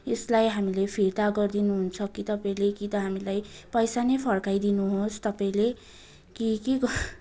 यसलाई हामीले फिर्ता गरिदिनु हुन्छ कि तपाईँले कि त हामीलाई पैसा नै फर्काइदिनु होस् तपाईँले कि केको